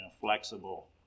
flexible